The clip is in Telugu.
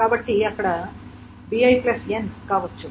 కాబట్టి అక్కడ bi n కావచ్చు